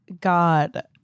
God